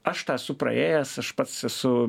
aš tą esu praėjęs aš pats esu